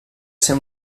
ser